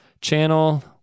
channel